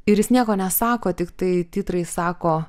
ir jis nieko nesako tiktai titrai sako